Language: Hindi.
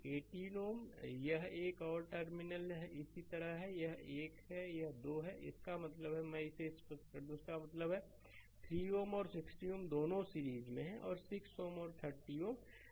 तो 18 Ω और यह एक और 2 टर्मिनल इस तरह है यह 1 है यह 2 है इसका मतलब है मैं इसे स्पष्ट कर दूं इसका मतलब है 3 Ω और60 Ω यह दोनों सीरीज में हैं और 6 Ω और 30 Ω वे सीरीज में हैं